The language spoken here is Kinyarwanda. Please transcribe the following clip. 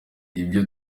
ibyo